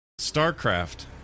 StarCraft